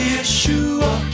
Yeshua